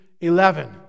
eleven